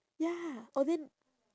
ya oh then